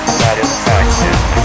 satisfaction